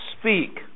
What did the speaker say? speak